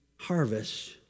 harvest